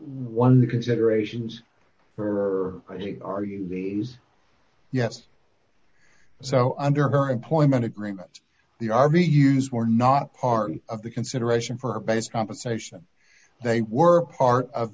one of the considerations for are you yes so under her employment agreement the army use were not part of the consideration for her based compensation they were part of